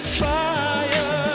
fire